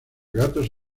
gatos